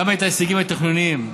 גם את ההישגים התכנוניים,